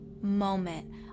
moment